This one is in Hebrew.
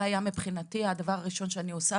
זה היה מבחינתי הדבר הראשון שאני עושה,